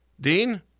Dean